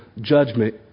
judgment